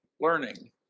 learning